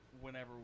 whenever